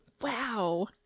wow